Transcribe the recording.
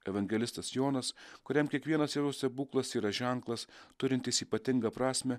evangelistas jonas kuriam kiekvienas jau stebuklas yra ženklas turintis ypatingą prasmę